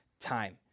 time